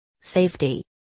Safety